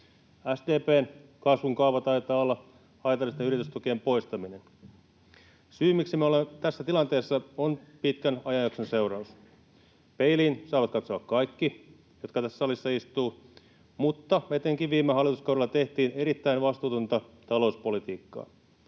SDP:n kasvun kaava taitaa olla haitallisten yritystukien poistaminen. Syy, miksi me olemme tässä tilanteessa, on pitkän ajanjakson seuraus. Peiliin saavat katsoa kaikki, jotka tässä salissa istuvat, mutta etenkin viime hallituskaudella tehtiin erittäin vastuutonta talouspolitiikkaa.